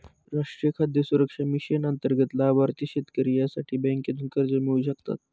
राष्ट्रीय खाद्य सुरक्षा मिशन अंतर्गत लाभार्थी शेतकरी यासाठी बँकेतून कर्ज मिळवू शकता